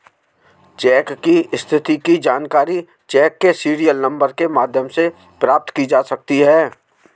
check की स्थिति की जानकारी चेक के सीरियल नंबर के माध्यम से प्राप्त की जा सकती है